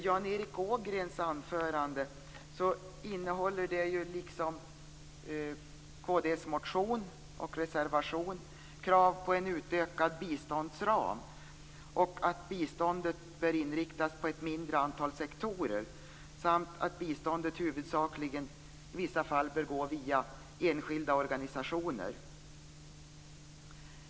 Jan Erik Ågrens anförande innehöll, liksom kd:s motion och reservation, krav på en utökad biståndsram och att biståndet bör inriktas på ett mindre antal sektorer samt att biståndet huvudsakligen i vissa fall bör gå via enskilda organisationer.